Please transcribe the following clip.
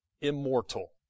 immortal